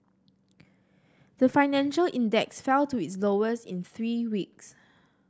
the financial index fell to its lowest in three weeks